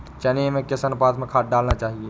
चने में किस अनुपात में खाद डालनी चाहिए?